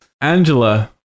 angela